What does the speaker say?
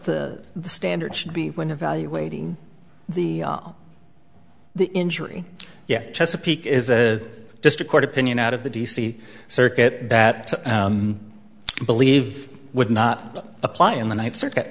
the standard should be when evaluating the the injury yet chesapeake is that just a court opinion out of the d c circuit that i believe would not apply in the ninth circuit